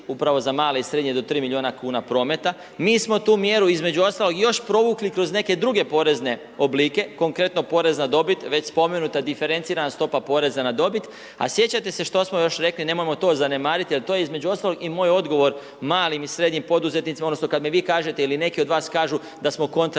upravo za male i srednje do 3 milijuna kuna prometa. Mi smo tu mjeru između ostalog još provukli kroz neke druge porezne oblike, konkretno poreza na dobit, već spomenuta diferencirana stopa poreza na dobit a sjećate se što smo još rekli, nemojmo to zanemarit jer je to između ostalog i moj odgovor malim i srednjim poduzetnicima odnosno kad mi vi kažete ili neki od vas kažu da smo kontra